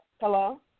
Hello